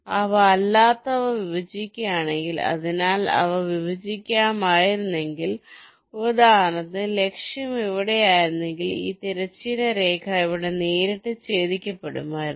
അവ അല്ലാത്തവ വിഭജിക്കുകയാണെങ്കിൽ അതിനാൽ അവ വിഭജിക്കുമായിരുന്നെങ്കിൽ ഉദാഹരണത്തിന് ലക്ഷ്യം ഇവിടെയായിരുന്നെങ്കിൽ ഈ തിരശ്ചീന രേഖ ഇവിടെ നേരിട്ട് ഛേദിക്കപ്പെടുമായിരുന്നു